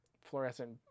fluorescent